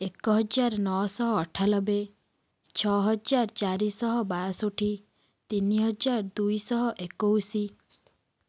ଏକ ହଜାର ନଅଶହ ଅଠାନବେ ଛଅ ହଜାର ଚାରିଶହ ବାଷଠି ତିନି ହଜାର ଦୁଇଶହ ଏକୋଇଶ